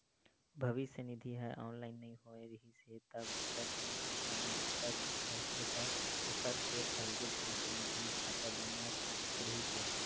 भविस्य निधि ह ऑनलाइन नइ होए रिहिस हे तब दूसर कोनो संस्था म बूता धरथे त ओखर फेर अलगे भविस्य निधि खाता बनत रिहिस हे